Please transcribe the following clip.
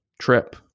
trip